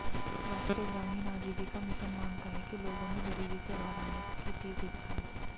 राष्ट्रीय ग्रामीण आजीविका मिशन मानता है कि लोगों में गरीबी से बाहर आने की तीव्र इच्छा है